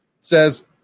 says